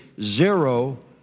zero